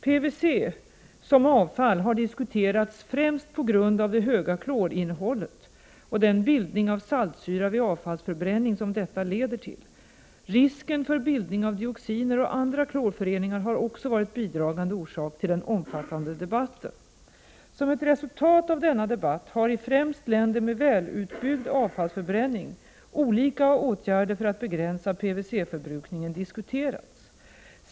PVC som avfall har diskuterats främst på grund av det höga klorinnehållet och den bildning av saltsyra vid avfallsförbränning som 47 detta leder till. Risken för bildning av dioxiner och andra klorföreningar har 10 november 1988 också varit en bidragande orsak till den omfattande debatten. Som ett resultat av denna debatt har, främst i länder med välutbyggd avfallsförbränning, olika åtgärder för att begränsa PVC-förbrukningen diskuterats.